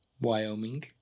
wyoming